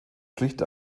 schlicht